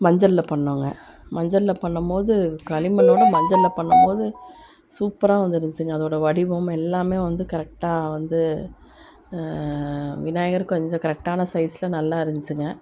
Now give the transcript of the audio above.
மஞ்சளில் பண்ணோங்க மஞ்சளில் பண்ணும்போது களிமண்ணோட மஞ்சளில் பண்ணும்போது சூப்பராக வந்துருந்துச்சுங்க அதோட வடிவம் எல்லாம் வந்து கரெக்டாக வந்து விநாயகர் கொஞ்சம் கரெக்டான சைஸில் நல்லா இருந்துச்சுங்க